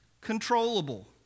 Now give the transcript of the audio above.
controllable